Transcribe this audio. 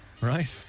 Right